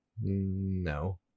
no